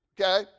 okay